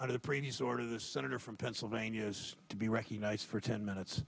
order the senator from pennsylvania is to be recognized for ten minutes